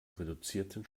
reduzierten